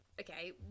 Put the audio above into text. Okay